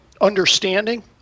understanding